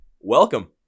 welcome